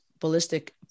ballistic